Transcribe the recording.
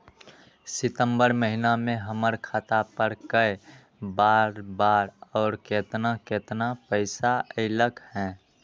सितम्बर महीना में हमर खाता पर कय बार बार और केतना केतना पैसा अयलक ह?